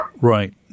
Right